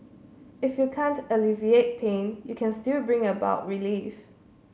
if you can't alleviate pain you can still bring about relief